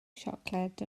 siocled